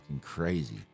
crazy